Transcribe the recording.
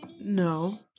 No